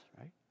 right